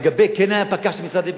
לגבי כן היה פקח של משרד הפנים,